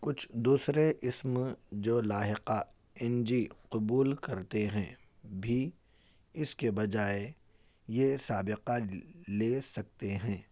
کچھ دوسرے اسم جو لاحقہ این جی قبول کرتے ہیں بھی اس کے بجائے یہ سابقہ لے سکتے ہیں